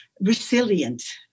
resilient